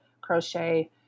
crochet